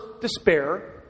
despair